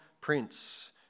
prince